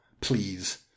please